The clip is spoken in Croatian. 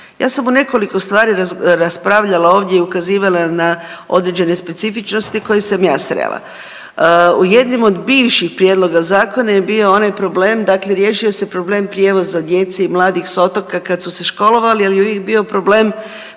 Ja sam u nekoliko stvari raspravljala ovdje i ukazivala na određene specifičnosti koje sam ja srela. U jednim od bivših prijedloga zakona je bio onaj problem dakle riješio se problem prijevoza djece i mladih s otoka kad su se školovali, ali je uvijek bio problem